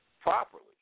properly